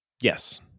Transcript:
Yes